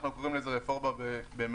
אנחנו קוראים לזה רפורמה במירכאות.